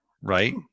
right